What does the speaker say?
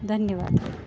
धन्यवाद